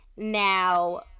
Now